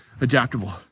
Adaptable